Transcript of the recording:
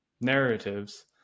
narratives